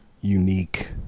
unique